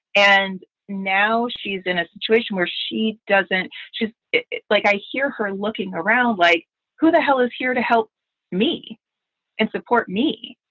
and now she's in a situation where she doesn't just it's like i hear her looking around like who the hell is here to help me and support me?